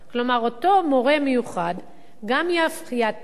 כלומר, אותו מורה מיוחד גם יאתר.